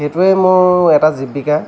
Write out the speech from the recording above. সেইটোৱেই মোৰ এটা জীৱিকা